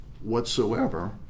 whatsoever